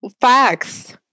Facts